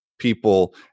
People